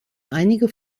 einige